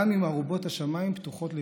גם אם ארובות השמיים פתוחות לרווחה.